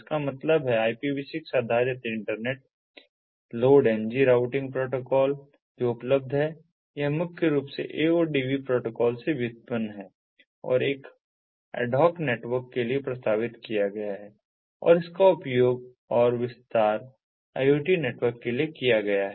इसका मतलब है IPV6 आधारित इंटरनेट LOADng राउटिंग प्रोटोकॉल जो उपलब्ध है यह मुख्य रूप से AODV प्रोटोकॉल से व्युत्पन्न है और एड हॉक नेटवर्क के लिए प्रस्तावित किया गया है और इसका उपयोग और विस्तार IoT नेटवर्क के लिए किया गया है